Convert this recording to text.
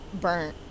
burnt